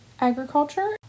agriculture